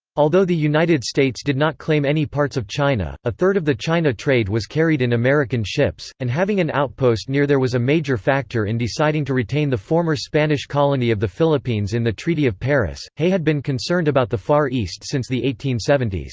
although the united states did not claim any parts of china, a third of the china trade was carried in american ships, and having an outpost near there was a major factor in deciding to retain the former spanish colony of the philippines in the treaty of paris hay had been concerned about the far east since the eighteen seventy s.